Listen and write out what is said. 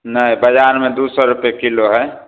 नहि बजारमे दू सए रुपैये किलो हय